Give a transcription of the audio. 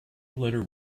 letter